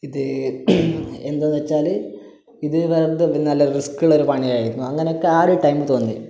ഇത് എന്താന്ന് വെച്ചാൽ ഇത് വെറുതെ നല്ല റിസ്ക്കൊള്ളൊരു പണിയായിരുന്നു അങ്ങനൊക്കെ ആ ഒരു ടൈമി തോന്നി